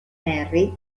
henry